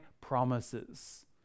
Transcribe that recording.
promises